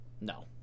No